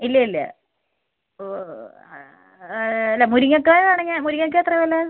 ഇല്ല ഇല്ല അല്ല മുരിങ്ങക്കായ് വേണമെങ്കിൽ മുരിങ്ങക്കെത്ര വില